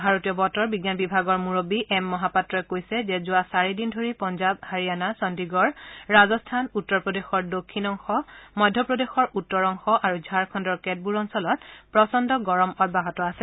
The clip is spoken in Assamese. ভাৰতীয় বতৰ বিজ্ঞান বিভাগৰ মূৰববী এম মহাপাত্ৰই কৈছে যে যোৱা চাৰিদিন ধৰি পঞ্জাৱ হাৰিয়াণা চণ্ণীগড় ৰাজস্থান উত্তৰ প্ৰদেশৰ দক্ষিণ অংশ মধ্য প্ৰদেশৰ উত্তৰ অংশ আৰু ঝাৰখণ্ডৰ কেতবোৰ অঞ্চলত প্ৰচণ্ড গৰম অব্যাহত আছে